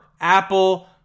Apple